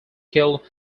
killed